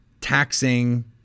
taxing